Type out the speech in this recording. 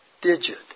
digit